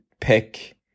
pick